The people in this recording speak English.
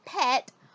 pet